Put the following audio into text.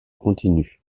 continue